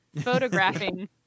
photographing